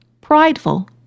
prideful